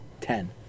ten